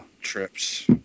trips